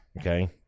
Okay